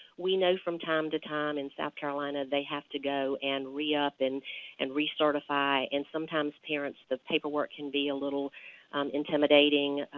we know from time to time in south carolina they have to go and re-up and and re-certify and sometimes parents, the paperwork can be a little intimidating,